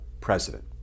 president